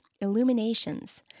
illuminations